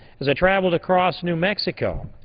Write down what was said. the travel across new mexico.